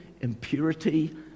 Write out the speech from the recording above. impurity